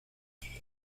años